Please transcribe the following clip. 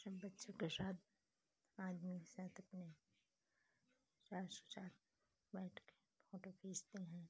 सब बच्चों के साथ आदमी के साथ अपने बैठ कर फ़ोटो खींचते हैं